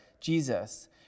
Jesus